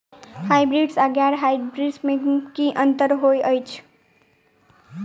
Hybrids आ गैर hybrids बीज म की अंतर होइ अछि?